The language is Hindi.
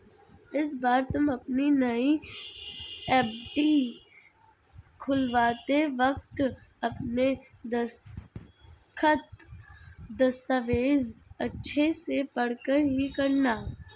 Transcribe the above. इस बार तुम अपनी नई एफ.डी खुलवाते वक्त अपने दस्तखत, दस्तावेज़ अच्छे से पढ़कर ही करना